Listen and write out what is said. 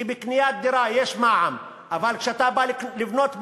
כי בקניית דירה יש מע"מ, אבל כשאתה בא לבנות בית,